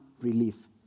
relief